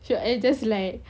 should I just like